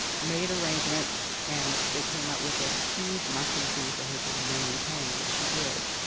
made arrangements, and they came up with this huge monthly fee for her to begin paying, which she did.